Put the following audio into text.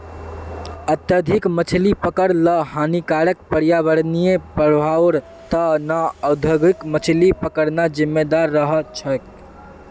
अत्यधिक मछली पकड़ ल हानिकारक पर्यावरणीय प्रभाउर त न औद्योगिक मछली पकड़ना जिम्मेदार रह छेक